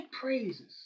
praises